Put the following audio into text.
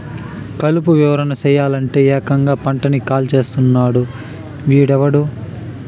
కలుపు నివారణ సెయ్యలంటే, ఏకంగా పంటని కాల్చేస్తున్నాడు వీడెవ్వడు